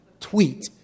Tweet